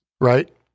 right